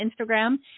instagram